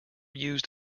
used